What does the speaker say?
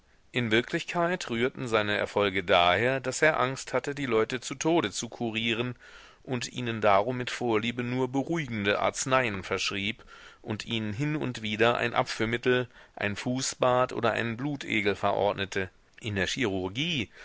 in wirklichkeit rührten seine erfolge daher daß er angst hatte die leute zu tode zu kurieren und ihnen darum mit vorliebe nur beruhigende arzneien verschrieb und ihnen hin und wieder ein abführmittel ein fußbad oder einen blutegel verordnete in der chirurgie